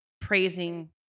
praising